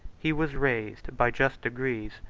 he was raised, by just degrees,